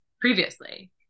previously